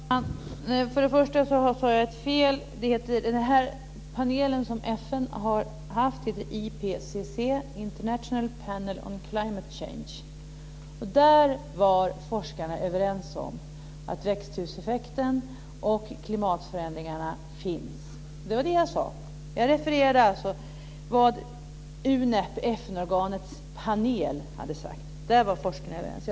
Herr talman! För det första sade jag fel tidigare. Den panel som FN har haft heter IPCC, International Panel on Climate Change. Där var forskarna överens om att växthuseffekten och klimatförändringarna finns. Det var det jag sade. Jag refererade alltså vad FN-organets panel hade sagt. Där var forskarna överens.